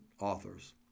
authors